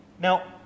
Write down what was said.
Now